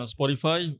Spotify